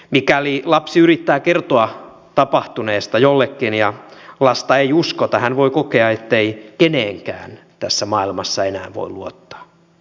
mikäli lapsi yrittää kertoa tapahtuneesta jollekin ja lasta ei uskota hän voi kokea ettei keneenkään tässä maailmassa enää voi luottaa